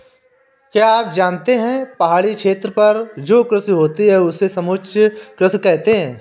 क्या आप जानते है पहाड़ी क्षेत्रों पर जो कृषि होती है उसे समोच्च कृषि कहते है?